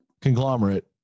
conglomerate